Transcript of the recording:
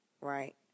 Right